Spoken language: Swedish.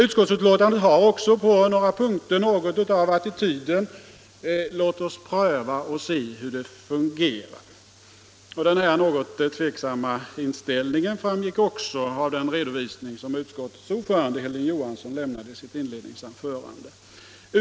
Utskottsbetänkandet har också på några punkter något av attityden: Låt oss pröva och se hur det fungerar. Denna någo" tveksamma inställning framgick även av den redovisning som utskottets ordförande, Hilding Johansson, lämnade i sitt inledningsanförande.